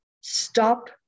stop